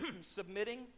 submitting